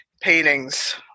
paintings